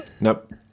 Nope